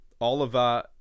Oliver